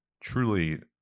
Truly